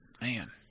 man